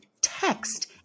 text